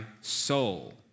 soul